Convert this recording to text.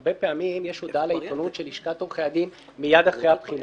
שהרבה פעמים יש הודעה לעיתונות של לשכת עורכי הדין מיד אחרי הבחינה,